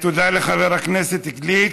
תודה לחבר הכנסת גליק.